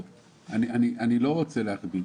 יעקב, אני לא רוצה להכביד.